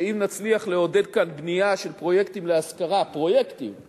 שאם נצליח לעודד כאן בנייה של פרויקטים להשכרה של